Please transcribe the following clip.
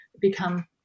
become